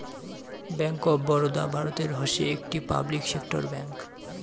bank of Baroda ভারতের হসে একটি পাবলিক সেক্টর ব্যাঙ্ক